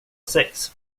sex